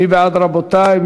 מי בעד, רבותי?